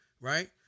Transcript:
right